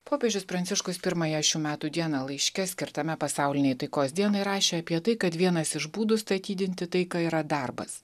popiežius pranciškus pirmąją šių metų dieną laiške skirtame pasaulinei taikos dienai rašė apie tai kad vienas iš būdų statydinti taiką yra darbas